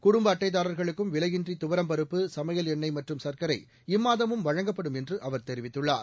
குடும்ப அட்டைதாரர்களுக்கும் விலையின்றி துவரம் பருப்பு சமையல் எண்ணெய் மற்றும் சர்க்கரை இம்மாதமும் வழங்கப்படும் என்று அவர் தெரிவித்துள்ளார்